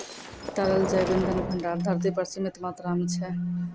तरल जैव इंधन भंडार धरती पर सीमित मात्रा म छै